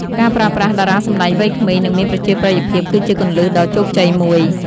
ការប្រើប្រាស់ តារាសម្តែងវ័យក្មេង និងមានប្រជាប្រិយភាពគឺជាគន្លឹះដ៏ជោគជ័យមួយ។